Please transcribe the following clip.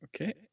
Okay